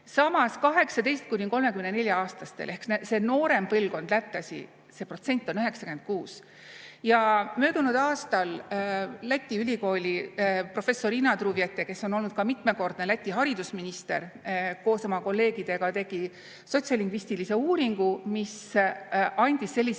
Samas 18–34‑aastastel, ehk see noorem põlvkond lätlasi, see protsent on 96. Möödunud aastal Läti ülikooli professor Ina Druviete, kes on olnud ka mitmekordne Läti haridusminister, koos oma kolleegidega tegi sotsiolingvistilise uuringu, mis andis sellise